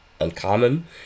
uncommon